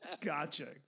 Gotcha